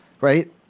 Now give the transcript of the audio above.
right